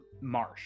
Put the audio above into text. Marsh